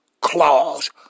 claws